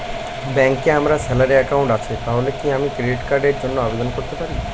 ব্যাংকে আমার salary account আছে তাহলে কি আমি ক্রেডিট কার্ড র জন্য আবেদন করতে পারি?